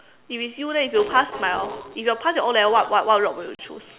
if it's you leh if you pass by a lot if you pass your O-level what what route will you choose